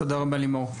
תודה רבה לימור.